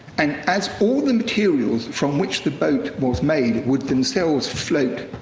and as all the materials from which the boat was made would themselves float,